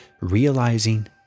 realizing